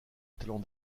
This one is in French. talent